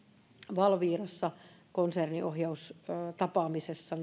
valvirassa konserniohjaustapaamisessa